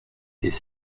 des